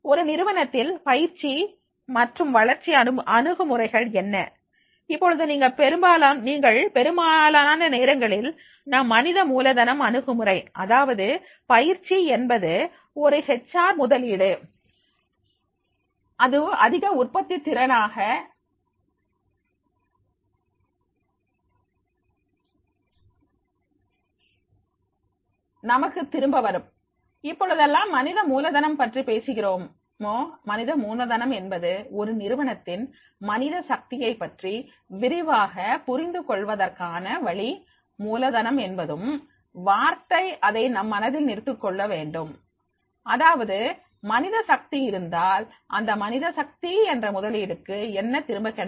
ஒரு நிறுவனத்தில் பயிற்சி மற்றும் வளர்ச்சி அணுகுமுறைகள் என்ன இப்பொழுது நீங்கள் பெரும்பாலான நேரங்களில் நாம் மனித மூலதனம் அணுகுமுறை அதாவது பயிற்சி என்பது ஒரு ஹெச் ஆர் முதலீடு அது அதிக உற்பத்தித் திறன் ஆக நமக்கு திரும்பத் தரும் இப்பொழுதெல்லாம் மனித மூலதனம் பற்றி பேசுகிறோமோ மனித மூலதனம் என்பது ஒரு நிறுவனத்தின் மனித சக்தியை பற்றி விரிவாக புரிந்து கொள்வதற்கான வழி மூலதனம் என்பதும் வார்த்தை அதை நம் மனதில் நிறுத்திக்கொள்ள வேண்டும் அதாவது மனித சக்தி இருந்தால் இந்த மனித சக்தி என்ற முதலீடுக்கு என்ன திரும்ப கிடைக்கும்